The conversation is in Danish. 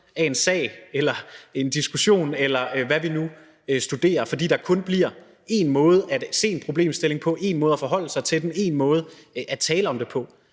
af en sag, af en diskussion, eller hvad vi nu studerer, fordi der kun bliver en måde at se en problemstilling på, en måde at forholde sig til den på, en måde at tale om den på.